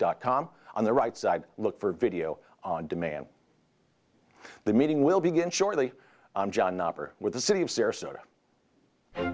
dot com on the right side look for video on demand the meeting will begin shortly with the city of sarasota